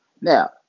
Now